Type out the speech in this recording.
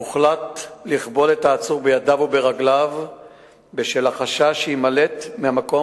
הוחלט לכבול את העצור בידיו וברגליו מחשש כי יימלט מהמקום,